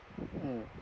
mm